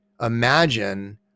imagine